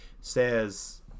says